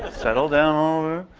settle down.